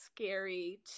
scary